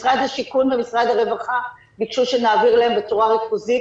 משרד השיכון ומשרד הרווחה ביקשו שנעביר להם בצורה ריכוזית,